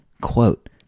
Quote